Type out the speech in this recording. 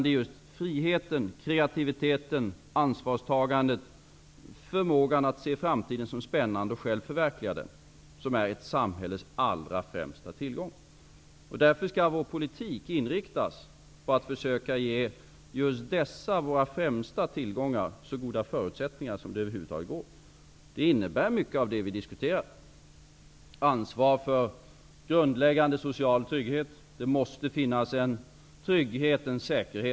Det är just friheten, kreativiteten, ansvarstagandet, förmågan att se framtiden som spännande och att själv kunna förverkliga den som är ett samhälles allra främsta tillgång. Därför skall vår politik inriktas på att försöka ge just dessa våra främsta tillgångar så goda förutsättningar som det över huvud taget är möjligt. Det här innebär mycket av det vi har diskuterat, t.ex. ansvar för grundläggande social trygghet. Det måste finnas en trygghet och säkerhet.